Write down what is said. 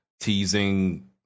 teasing